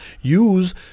Use